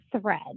thread